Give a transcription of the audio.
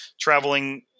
traveling